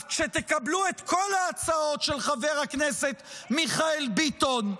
אז כשתקבלו את כל ההצעות של חבר הכנסת מיכאל ביטון,